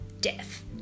death